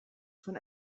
von